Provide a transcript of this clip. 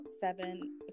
seven